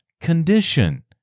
condition